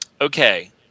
okay